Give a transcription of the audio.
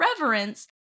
reverence